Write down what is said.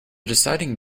deciding